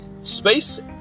space